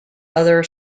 other